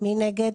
מי נגד?